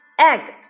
egg